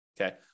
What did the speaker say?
okay